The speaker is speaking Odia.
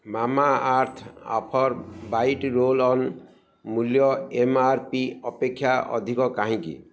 Mamaearth offer bite roll on ମୂଲ୍ୟ ଏମ୍ ଆର୍ ପି ଅପେକ୍ଷା ଅଧିକ କାହିଁକି